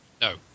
No